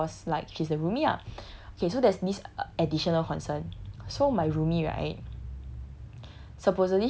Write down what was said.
with her just because like she's her roomie lah okay so there's this additional concern so my roomie right